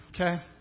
Okay